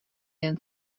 jen